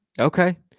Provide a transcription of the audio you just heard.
Okay